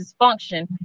dysfunction